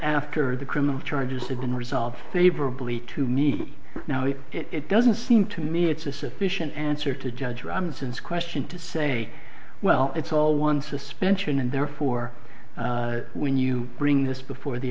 after the criminal charges have been resolved favorably to me now if it doesn't seem to me it's a sufficient answer to judge since question to say well it's all one suspension and therefore when you bring this before the